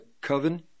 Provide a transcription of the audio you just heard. coven